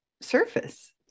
surface